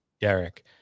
Derek